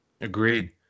Agreed